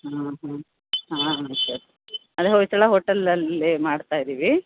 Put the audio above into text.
ಹಾಂ ಹಾಂ ಹಾಂ ಹಾಂ ಸರ್ ಅದೇ ಹೊಯ್ಸಳ ಹೋಟೆಲಲ್ಲಿ ಮಾಡ್ತಾಯಿದ್ದೀವಿ